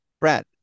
Brad